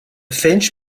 finch